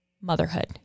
motherhood